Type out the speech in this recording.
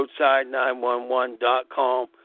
roadside911.com